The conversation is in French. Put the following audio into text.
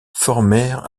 formèrent